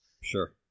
Sure